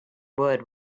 wood